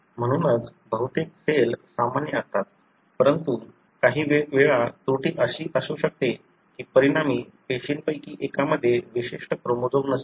म्हणूनच बहुतेक सेल सामान्य असतात परंतु काही वेळा त्रुटी अशी असू शकते की परिणामी पेशींपैकी एकामध्ये विशिष्ट क्रोमोझोम नसतील